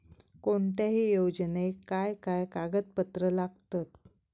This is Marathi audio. कोणत्याही योजनेक काय काय कागदपत्र लागतत?